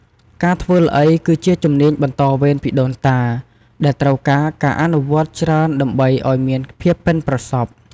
ការធ្វើល្អី គឺជាជំនាញបន្តវេនពីដូនតា ដែលត្រូវការការអនុវត្តច្រើនដើម្បីឱ្យមានភាពប៉ិនប្រសប់។